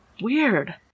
Weird